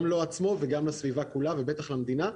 גם לו עצמו וגם לסביבה כולה, ובטח למדינה.